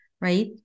Right